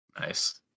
Nice